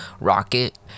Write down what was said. Rocket